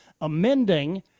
amending